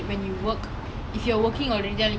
ya oh my god I miss dressing up